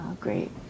great